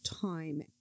time